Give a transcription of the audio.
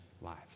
lives